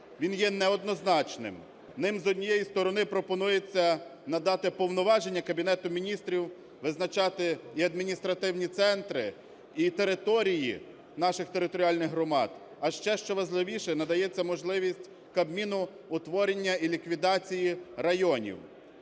він є неоднозначним, ним, з однієї сторони, пропонується надати повноваження Кабінету Міністрів визначати і адміністративні центри, і території наших територіальних громад, а ще, що важливіше, надається можливість Кабміну утворення і ліквідації районів.